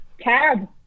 Cab